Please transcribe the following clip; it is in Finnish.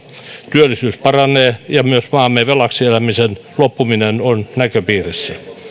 työllisyys paranee ja myös maamme velaksi elämisen loppuminen on näköpiirissä